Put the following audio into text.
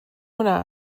hwnna